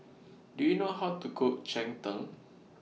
Do YOU know How to Cook Cheng Tng